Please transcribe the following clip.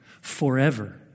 Forever